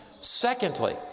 Secondly